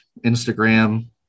Instagram